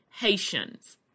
Haitians